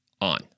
on